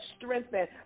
strengthen